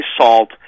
salt